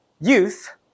youth